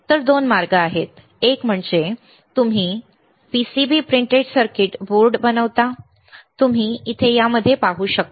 तर दोन मार्ग आहेत एक म्हणजे तुम्ही PCB प्रिंटेड सर्किट बोर्ड बनवता तुम्ही इथे या मध्ये पाहू शकता